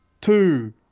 two